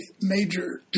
Major